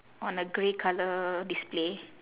on a grey colour display